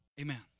Amen